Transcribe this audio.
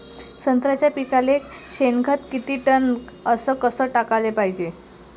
संत्र्याच्या पिकाले शेनखत किती टन अस कस टाकाले पायजे?